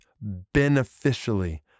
beneficially